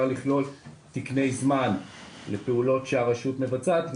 לכלול תקני זמן לפעולות שהרשות מבצעת,